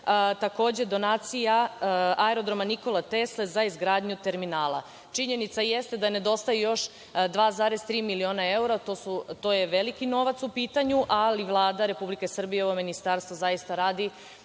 godine donacija aerodroma „Nikola Tesla“ za izgradnju terminala. Činjenica jeste da nedostaju još 2,3 miliona evra, to je veliki novac u pitanju, ali, Vlada Republike Srbije i ovo ministarstvo zaista radi